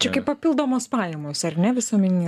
čia kaip papildomos pajamos ar ne visuomeninei